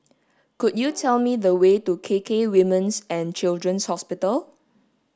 could you tell me the way to K K Women's and Children's Hospital